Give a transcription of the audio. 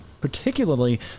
particularly